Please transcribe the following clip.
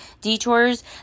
detours